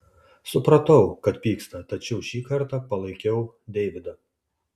supratau kad pyksta tačiau šį kartą palaikiau deividą